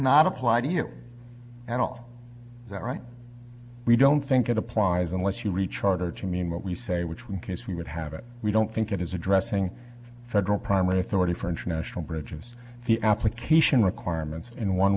not apply to you at all right we don't think it applies unless you read charter to mean what we say which one case we would have it we don't think it is addressing federal primary authority for international bridges the application requirements in one